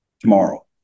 tomorrow